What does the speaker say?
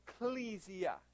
ecclesia